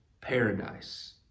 paradise